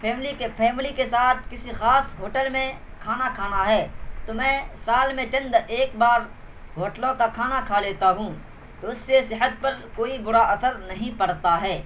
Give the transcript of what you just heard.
family کے family کے ساتھ کسی خاص ہوٹل میں کھانا کھانا ہے تو میں سال میں چند ایک بار ہوٹلوں کا کھانا کھا لیتا ہوں تو اس سے صحت پر کوئی برا اثر نہیں پڑتا ہے